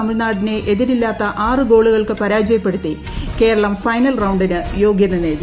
തമിഴ്നാടിനെ എതിരില്ലാത്ത ആറ് ഗോളുകൾക്ക് പരാജയപ്പെടുത്തി കേരളം ഫൈനൽ റൌണ്ടിന് യോഗൃത നേടി